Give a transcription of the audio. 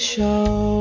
Show